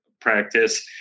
practice